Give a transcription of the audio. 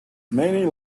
many